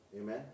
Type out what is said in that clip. Amen